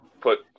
put